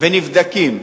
והם נבדקים.